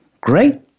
great